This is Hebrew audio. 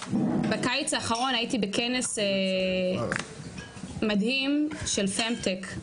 בקיץ האחרון הייתי בכנס מדהים של פמטק.